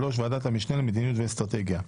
(3)ועדת המשנה למדיניות ואסטרטגיה.